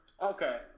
Okay